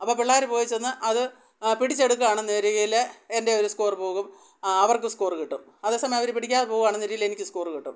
അപ്പോൾ പിള്ളാർ പോയി ചെന്ന് അത് പിടിച്ചെടുക്കുകയാണെന്ന് ഇരിക്കുകയാണെങ്കിൽ എൻ്റെ ഒരു സ്കോറ് പോകും അവർക്ക് സ്കോറ് കിട്ടും അതേസമയം അവർ പിടിക്കാതെ പോകുകയാണെന്ന് ഇരിക്കുകയാണെങ്കിൽ എനിക്ക് സ്കോറ് കിട്ടും